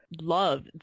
love